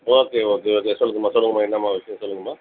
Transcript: okay okay okay சொல்லுங்கம்மா சொல்லுங்கம்மா என்னம்மா விஷயம் சொல்லுங்கம்மா